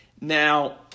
now